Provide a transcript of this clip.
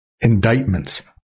Indictments